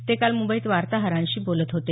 ते काल मुंबईत वार्ताहरांशी बोलत होते